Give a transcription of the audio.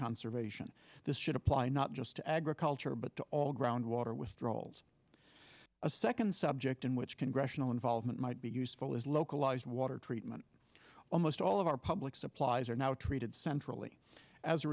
conservation this should apply not just to agriculture but to all groundwater withdrawals a second subject in which congressional involvement might be useful is localised water treatment almost all of our public supplies are now treated centrally as a